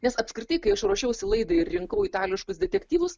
nes apskritai kai aš ruošiausi laidai ir rinkau itališkus detektyvus